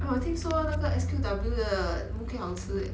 oh I 听说那个 S_Q_W 的 mooncake 好吃